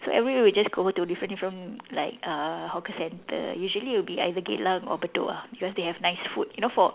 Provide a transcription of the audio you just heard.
so every week we just go to different different like uh hawker centre usually will be either Geylang or Bedok ah because they have nice food you know for